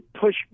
push